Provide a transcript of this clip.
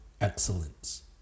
excellence